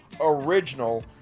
original